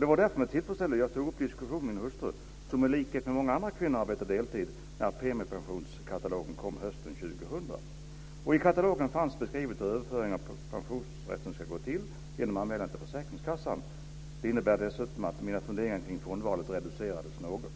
Det var därför med tillfredsställelse jag tog upp diskussionen med min hustru, som i likhet med många andra kvinnor arbetat deltid, när premiepensionskatalogen kom hösten 2000. I katalogen fanns beskrivet hur överföring av pensionsrätten ska gå till genom anmälan till försäkringskassan. Det innebar dessutom att mina funderingar kring fondval reducerades något.